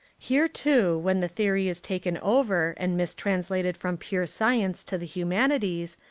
here, too, when the theory is taken over and mis-translated from pure science to the human ities,